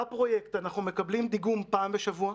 בפרויקט אנחנו מקבלים דיגום פעם בשבוע,